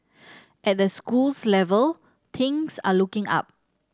at the schools level tings are looking up